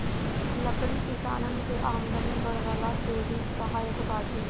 लकड़ी किसानन के आमदनी बढ़वला में भी सहायक बाटे